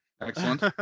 Excellent